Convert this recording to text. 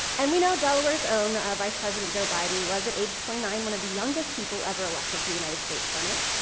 and we know delaware's own vice president joe biden was at age twenty nine one of the youngest people ever elected to the united states senate.